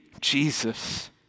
Jesus